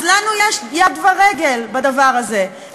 אז לנו יש יד ורגל בדבר הזה,